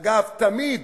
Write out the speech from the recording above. אגב, תמיד